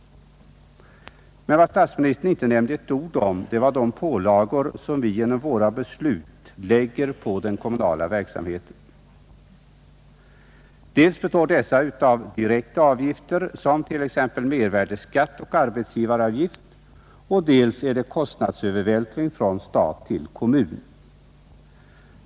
Vad statsministern emellertid inte nämnde ett ord om var de pålagor, som vi genom våra beslut lägger på den kommunala verksamheten. Dels består dessa av direkta avgifter som t.ex. mervärdeskatt och arbetsgivaravgift, dels är det fråga om kostnadsövervältring från stat till kommun.